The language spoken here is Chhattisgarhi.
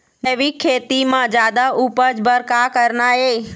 जैविक खेती म जादा उपज बर का करना ये?